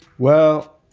well,